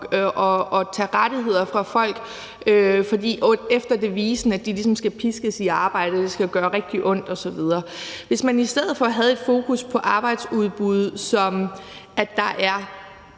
og tage rettigheder fra folk efter devisen, at de ligesom skal piskes i arbejde og det skal gøre rigtig ondt osv. Hvis man i stedet for havde det fokus på arbejdsudbud, at man så